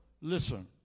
listen